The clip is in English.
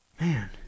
man